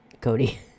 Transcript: Cody